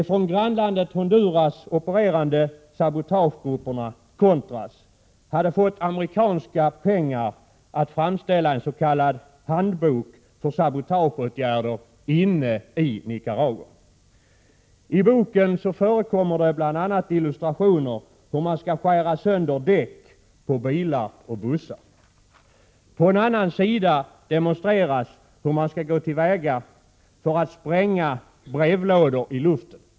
De från grannlandet Honduras opererande sabotagegrupperna contras hade fått amerikanska pengar för att framställa en s.k. handbok för sabotageåtgärder inne i Nicaragua. I boken förekommer bl.a. illustrationer av hur man skall skära sönder däck på bilar och bussar. På en annan sida i boken demonstreras hur man skall gå till väga för att spränga brevlådor i luften.